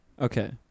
Okay